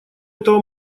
этого